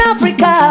Africa